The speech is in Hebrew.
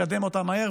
לקדם אותה מהר,